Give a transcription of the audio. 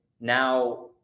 now